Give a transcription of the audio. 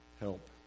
help